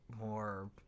more